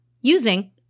using